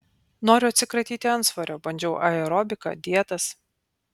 noriu atsikratyti antsvorio bandžiau aerobiką dietas